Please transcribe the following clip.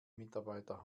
mitarbeiter